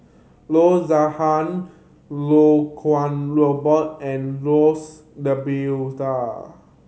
Loo Zihan Iau Kuo Robert and Jose D'Almeida